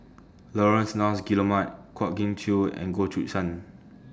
Laurence Nunns Guillemard Kwa Geok Choo and Goh Choo San